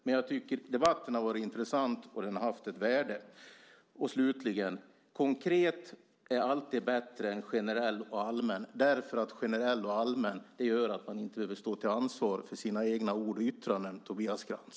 Men jag tycker att debatten har varit intressant och att den har haft ett värde. Slutligen vill jag säga att konkret alltid är bättre än generellt och allmänt. Generellt och allmänt gör att man inte behöver stå till ansvar för sina egna ord och yttranden, Tobias Krantz.